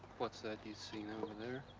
what's that you've seen over there?